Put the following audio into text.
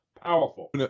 powerful